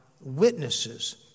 witnesses